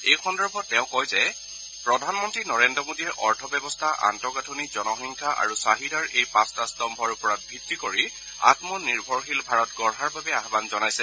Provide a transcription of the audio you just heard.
এই সন্দৰ্ভত তেওঁ কয় যে প্ৰধানমন্ত্ৰী নৰেন্দ্ৰ মোদীয়ে অৰ্থব্যৱস্থা আন্তঃগাঁথনি জনসংখ্যা আৰু চাহিদাৰ এই পাঁচটা স্তম্ভৰ ওপৰত ভিত্তি কৰি আমনিৰ্ভৰশীল ভাৰত গঢ়াৰ বাবে আয়ান জনাইছে